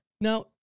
Now